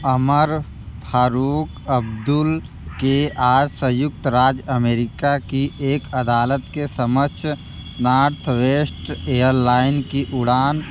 अमर Farouk Abdullah के आज संयुक्त राज्य अमेरिका की एक अदालत के समक्ष नॉर्थवेस्ट एयरलाइंस की उड़ान